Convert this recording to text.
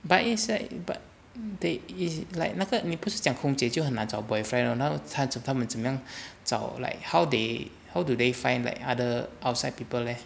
but you said but they is like matter 你不是讲空姐就很难找 boyfriend oh now 他们怎样找 like how they how do they find like other outside people leh